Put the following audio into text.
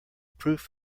proof